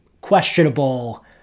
questionable